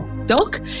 Doc